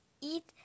eat